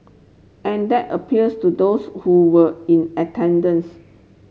and that appeals to those who were in attendance